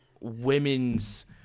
women's